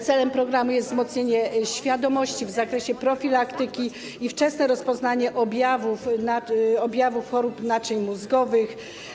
Celem programu jest wzmocnienie świadomości w zakresie profilaktyki i wczesne rozpoznanie objawów chorób naczyń mózgowych.